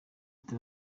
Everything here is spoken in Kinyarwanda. ati